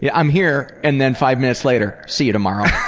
yeah i'm here. and then five minutes later, see you tomorrow.